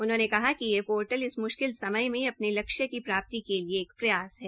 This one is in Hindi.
उन्होंने कहा कि ये पोर्टल् इन म्शकिल समय में अपने लक्ष्य की प्राप्ति के लिए एक प्रयास है